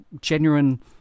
genuine